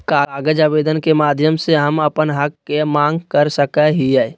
कागज आवेदन के माध्यम से हम अपन हक के मांग कर सकय हियय